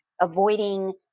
avoiding